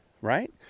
right